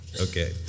okay